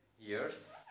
years